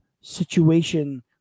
situation